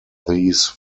these